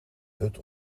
hut